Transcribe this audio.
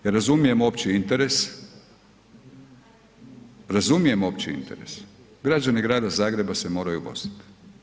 Ja razumijem opći interes, razumijem opći interes, građani grada Zagreba se moraju voziti.